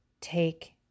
take